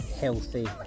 healthy